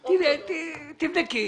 ותבדקי.